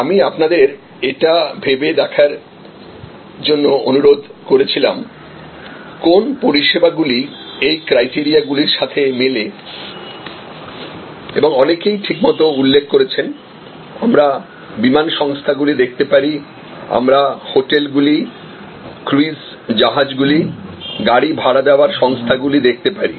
আমি আপনাদের এটা ভেবে বিবেচনা করার জন্য অনুরোধ করেছিলাম কোন পরিষেবাগুলি এই ক্রাইটেরিয়া গুলির সাথে মেলে এবং অনেকেই ঠিকমতো উল্লেখ করেছেন আমরা বিমান সংস্থাগুলি দেখতে পারি আমরা হোটেলগুলি ক্রুজ জাহাজগুলি গাড়ি ভাড়া দেবার সংস্থাগুলি দেখতে পারি